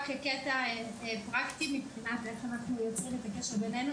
רק קטע פרקטי מבחינת איך אנחנו יוצרים את הקשר ביננו,